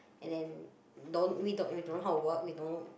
and then no we don't know how to work we don't